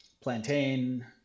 plantain